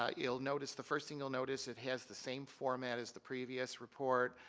ah you'll notice the first thing you'll notice it has the same format as the previous report.